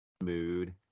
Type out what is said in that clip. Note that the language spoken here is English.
mood